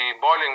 Boiling